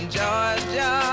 Georgia